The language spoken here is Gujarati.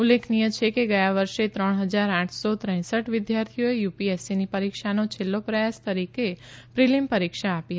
ઉલ્લેખનીય છે કે ગયા વર્ષે ત્રણ હજાર આઠસો ત્રેસઠ વિદ્યાર્થીઓએ યુપીએસસીની પરીક્ષાનો છેલ્લો પ્રયાસ તરીકે પ્રિલીમ પરીક્ષા આપી હતી